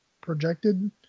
projected